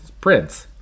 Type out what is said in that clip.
prince